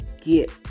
get